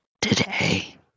today